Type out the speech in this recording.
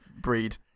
breed